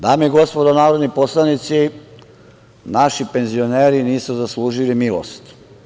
Dame i gospodo narodni poslanici, naši penzioneri nisu zaslužili milost.